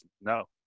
no